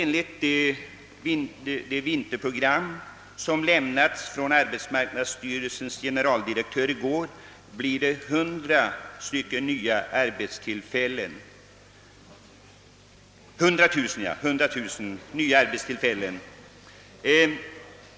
Enligt det vinterprogram, som arbetsmarknadsstyrelsens generaldirektör i går redovisade, kommer 100 000 nya arbetstillfällen att skapas.